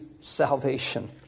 salvation